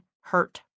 hurt